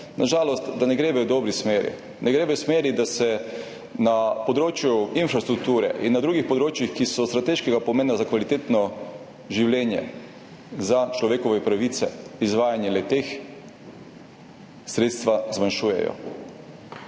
opažamo, da ne gredo v dobri smeri. Gredo v smeri, da se na področju infrastrukture in na drugih področjih, ki so strateškega pomena za kvalitetno življenje, za človekove pravice, sredstva za